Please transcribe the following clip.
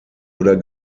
oder